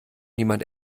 niemand